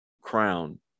crown